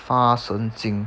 发神经